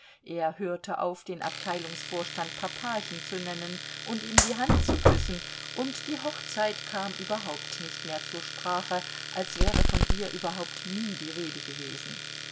er hörte auf den abteilungsvorstand papachen zu nennen und ihm die hand zu küssen und die hochzeit kam überhaupt nicht mehr zur sprache als wäre von ihr überhaupt nie die rede gewesen